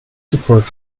support